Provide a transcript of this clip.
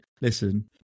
listen